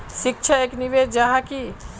शिक्षा एक निवेश जाहा की?